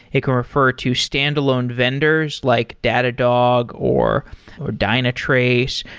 it can refer to standalone vendors, like datadog, or or dynatrace.